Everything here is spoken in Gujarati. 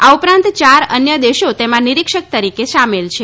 આ ઉપરાંત ચાર અન્ય દેશો તેમાં નિરિક્ષક તરીકે સામેલ છે